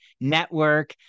Network